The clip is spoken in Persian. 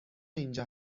اینجا